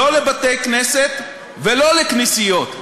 לא לבתי-כנסת ולא לכנסיות,